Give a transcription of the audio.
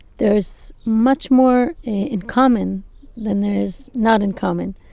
there's much more in common than there is not in common.